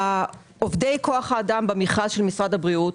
עובדי כוח האדם במכרז של משרד הבריאות,